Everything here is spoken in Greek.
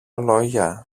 λόγια